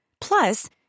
Plus